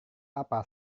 apa